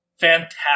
Fantastic